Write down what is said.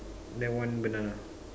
then one banana